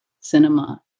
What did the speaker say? cinema